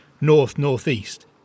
north-northeast